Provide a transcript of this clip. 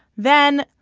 then,